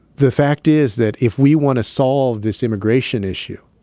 the fact is that if we want to solve this immigration issue,